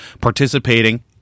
participating